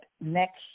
next